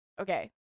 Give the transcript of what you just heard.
Okay